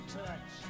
touch